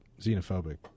xenophobic